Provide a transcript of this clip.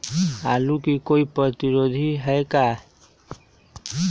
आलू के कोई प्रतिरोधी है का?